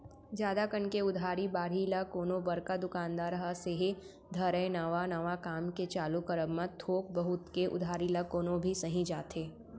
जादा कन के उधारी बाड़ही ल कोनो बड़का दुकानदार ह सेहे धरय नवा नवा काम के चालू करब म थोक बहुत के उधारी ल कोनो भी सहि जाथे